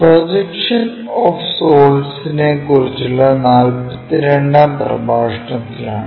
projection of സോളിഡിനെക്കുറിച്ചുള്ള 42 ാം പ്രഭാഷണത്തിലാണ്